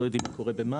לא יודעים מה קורה במים,